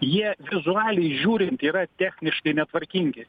jie vizualiai žiūrint yra techniškai netvarkingi